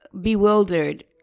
bewildered